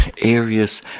areas